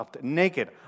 naked